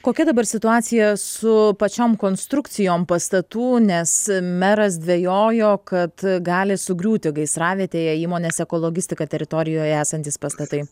kokia dabar situacija su pačiom konstrukcijom pastatų nes meras dvejojo kad gali sugriūti gaisravietėje įmonės ekologistika teritorijoje esantys pastatai